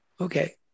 Okay